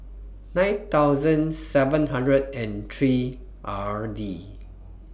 nine thousand seven hundred and three R D